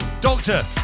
Doctor